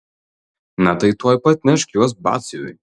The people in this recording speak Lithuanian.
na tai tuoj pat nešk juos batsiuviui